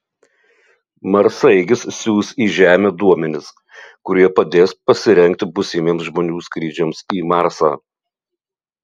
marsaeigis siųs į žemę duomenis kurie padės pasirengti būsimiems žmonių skrydžiams į marsą